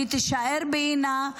תישאר בעינה,